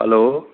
hello